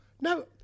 no